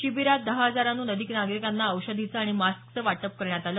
शिबिरात दहा हजारांहून अधिक नागरिकांना औषधीचं आणि मास्कचं वाटप करण्यात आलं